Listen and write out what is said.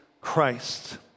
Christ